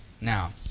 Now